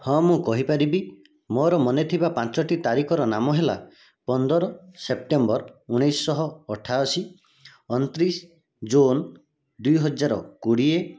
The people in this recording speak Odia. ହଁ ମୁଁ କହିପାରିବି ମୋର ମନେ ଥିବା ପାଞ୍ଚଟି ତାରିଖର ନାମ ହେଲା ପନ୍ଦର ସେପ୍ଟେମ୍ବର ଉଣେଇଶ ଶହ ଅଠାଅଶି ଅଣତିରିଶ ଜୁନ ଦୁଇହଜାର କୋଡ଼ିଏ